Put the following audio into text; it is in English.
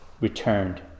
returned